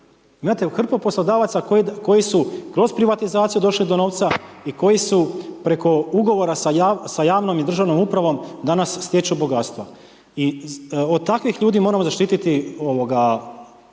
hrpu poslodavaca koji su kroz privatizaciju došli do novca i koji su preko ugovora sa javnom i državnom upravom danas stječu bogatstva. I od takvih ljudi moramo zaštiti naše